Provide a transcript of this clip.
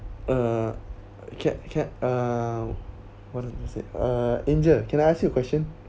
uh can can uh what I want to said uh angel can I ask you a question